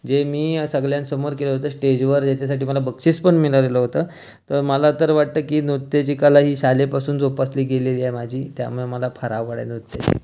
जे मी सगळ्यांसमोर केलं होतं स्टेजवर ज्याच्यासाठी मला बक्षीस पण मिळालेलं होतं तर मला तर वाटतं की नुत्याची कला ही शाळेपासून जोपासली गेलेली आहे माझी त्यामुळे मला फार आवड आहे नृत्याची